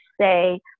say